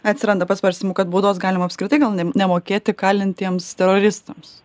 atsiranda pasvarstymų kad baudos galima apskritai gal nem nemokėti kalintiems teroristams